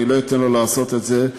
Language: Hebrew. אני לא אתן לו לעשות את זה.